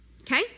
okay